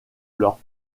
leur